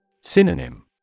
Synonym